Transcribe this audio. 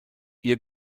ihr